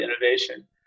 innovation